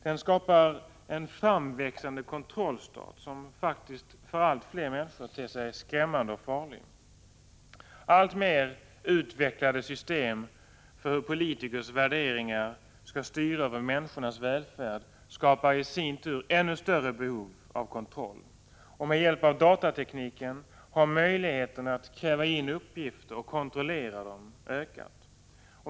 Den skapar en framväxande kontrollstat som faktiskt för allt fler människor ter sig skrämmande och farlig. Alltmer utvecklade system för hur politikers värderingar skall styra över människornas välfärd skapar ännu större behov av kontroll. Med hjälp av datatekniken har möjligheterna att kräva in uppgifter och kontrollera dem ökat.